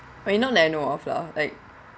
but not that I know of lah like